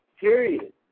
period